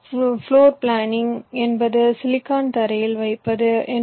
floor planning என்பது silicon தரையில் வைப்பது என்று பொருள்